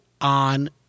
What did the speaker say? on